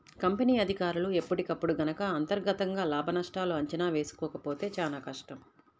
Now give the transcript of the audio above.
company అధికారులు ఎప్పటికప్పుడు గనక అంతర్గతంగా లాభనష్టాల అంచనా వేసుకోకపోతే చానా కష్టం